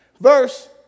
verse